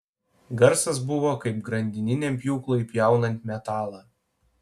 garsas buvo kaip grandininiam pjūklui pjaunant metalą